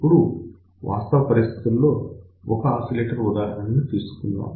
ఇప్పుడు వాస్తవ పరిస్థితులతో ఒక ఆసిలేటర్ ఉదాహరణ తీసుకుందాం